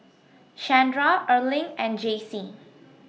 Shandra Erling and Jaycee